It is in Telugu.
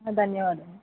ధన్యావాదాలు